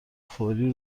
فوری